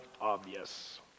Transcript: obvious